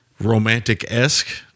romantic-esque